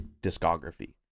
discography